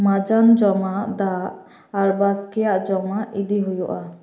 ᱢᱟᱸᱡᱟᱱ ᱡᱚᱢᱟᱜ ᱫᱟᱜ ᱟᱨ ᱵᱟᱥᱠᱮᱭᱟᱜ ᱡᱚᱢᱟᱜ ᱤᱫᱤ ᱦᱩᱭᱩᱜᱼᱟ